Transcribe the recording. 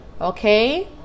okay